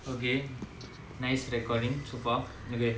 okay nice recording so far okay